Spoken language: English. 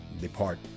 depart